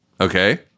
Okay